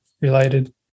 related